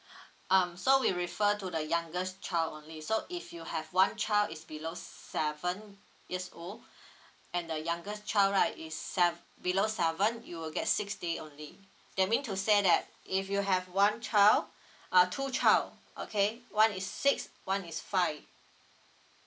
um so we refer to the youngest child only so if you have one child is below seven years old and the youngest child right is sev~ below seven you will get six day only that mean to say that if you have one child uh two child okay one is six one is five